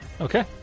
Okay